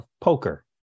poker